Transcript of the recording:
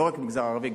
לא רק המגזר הערבי,